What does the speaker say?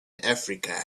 africa